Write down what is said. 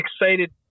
excited